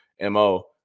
Mo